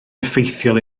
effeithiol